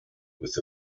with